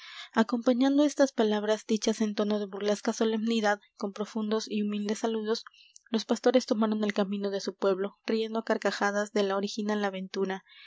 acompañando estas palabras dichas en tono de burlesca solemnidad con profundos y humildes saludos los pastores tomaron el camino de su pueblo riendo á carcajadas de la original aventura